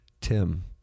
Tim